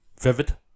Vivid